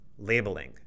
labeling